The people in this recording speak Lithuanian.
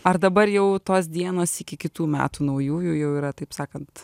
ar dabar jau tos dienos iki kitų metų naujųjų jau yra taip sakant